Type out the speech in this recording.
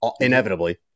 inevitably